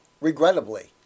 regrettably